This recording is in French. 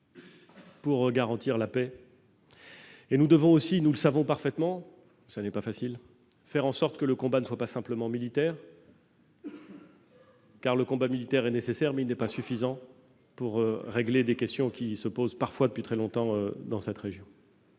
pour garantir la paix. Nous devons aussi- nous le savons parfaitement, et ce n'est pas facile -faire en sorte que le combat ne soit pas simplement militaire, car, si le combat militaire est nécessaire, il n'est pas suffisant pour régler des questions qui se posent, parfois depuis très longtemps, dans cette région.